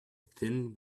thin